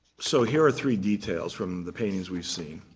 so here are three details from the paintings we've seen.